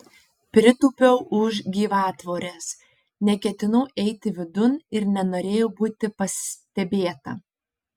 pritūpiau už gyvatvorės neketinau eiti vidun ir nenorėjau būti pastebėta